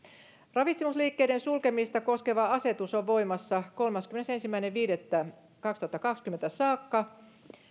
ravitsemusliikkeiden sulkemista koskeva asetus on voimassa kolmaskymmenesensimmäinen viidettä kaksituhattakaksikymmentä saakka